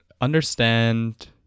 understand